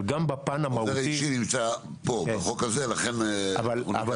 העוזר האישי נמצא פה בחוק הזה לכן הוא נמצא פה.